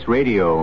Radio